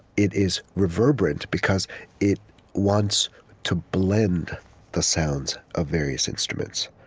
it is reverberant, because it wants to blend the sounds of various instruments.